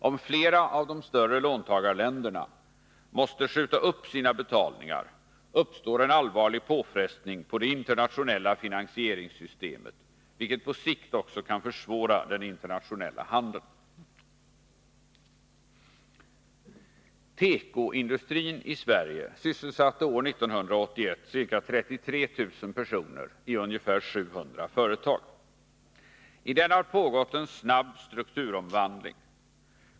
Om flera av de större låntagarländerna måste skjuta upp sina betalningar uppstår en allvarlig påfrestning på det internationella finansieringssystemet, vilket på sikt också kan försvåra den internationella handeln. Tekoindustrin i Sverige sysselsatte år 1981 ca 33 000 personer i ungefär 700 företag. I den har pågått en snabb strukturomvandling.